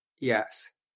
Yes